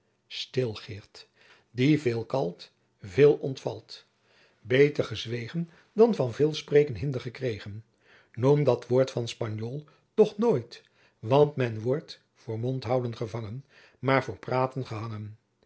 stil geert die veel kalt veel ontvalt beter gezwegen dan van veel spreken hinder gekregen noem dat woord van spanjool toch nooit want men wordt voor mondhoûen gevangen maar voor praten gehangen